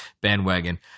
bandwagon